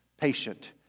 patient